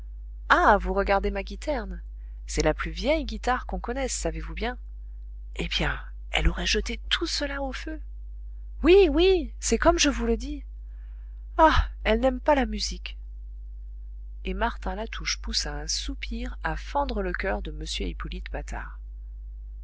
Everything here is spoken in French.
ah vous regardez ma guiterne c'est la plus vieille guitare qu'on connaisse savez-vous bien eh bien elle aurait jeté tout cela au feu oui oui c'est comme je vous le dis ah elle n'aime pas la musique et martin latouche poussa un soupir à fendre le coeur de m hippolyte patard